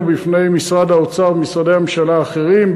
בפני משרד האוצר ומשרדי הממשלה האחרים,